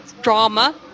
drama